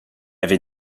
avait